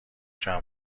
جمع